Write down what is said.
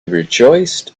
rejoiced